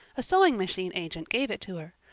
a sewing-machine agent gave it to her.